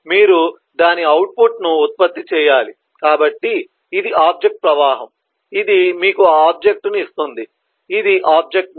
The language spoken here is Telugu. మీరు దాని అవుట్పుట్ను ఉత్పత్తి చేయాలి కాబట్టి ఇది ఆబ్జెక్ట్ ప్రవాహం ఇది మీకు ఈ ఆబ్జెక్ట్ ను ఇస్తుంది ఇది ఆబ్జెక్ట్ నోడ్